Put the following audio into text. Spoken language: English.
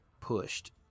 pushed